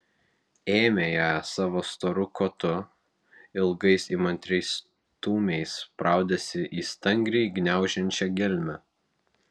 ėmė ją savo storu kotu ilgais įmantriais stūmiais spraudėsi į stangriai gniaužiančią gelmę